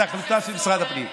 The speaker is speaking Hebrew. זו החלטה של משרד הפנים.